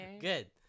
Good